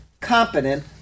competent